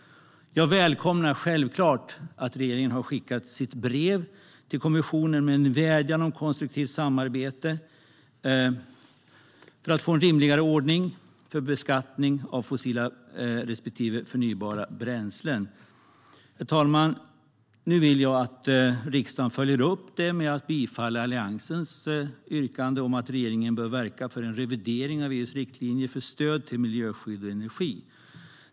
Jag välkomnar självklart att regeringen har skickat sitt brev till kommissionen med en vädjan om konstruktivt samarbete för att få en rimligare ordning för beskattning av fossila respektive förnybara bränslen. Herr talman! Nu vill jag att riksdagen följer upp detta genom att bifalla Alliansens yrkande om att regeringen bör verka för en revidering av EU:s riktlinjer för stöd till miljöskydd och energi.